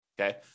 Okay